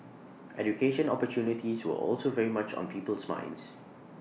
education opportunities were also very much on people's minds